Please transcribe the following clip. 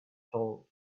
told